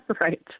right